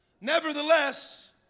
Nevertheless